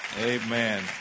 Amen